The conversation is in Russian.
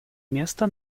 место